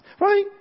right